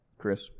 Chris